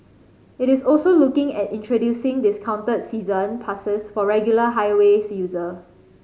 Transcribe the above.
it is also looking at introducing discounted season passes for regular highways user